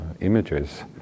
images